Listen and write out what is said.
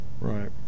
Right